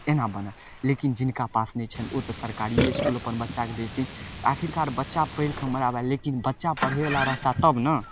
एना बनल लेकिन जिनका पास नहि छनि ओ तऽ सरकारिए इसकुल अपन बच्चाके भेजथिन आखिरकार बच्चा पढ़िके हमर आबै लेकिन बच्चा पढ़ैवला रहताह तब ने